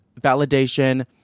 validation